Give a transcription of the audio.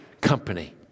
company